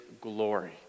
glory